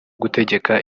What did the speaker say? gutegeka